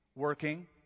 working